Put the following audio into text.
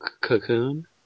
Cocoon